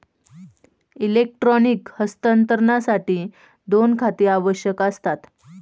electronic हस्तांतरणासाठी दोन खाती आवश्यक असतात